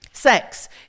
Sex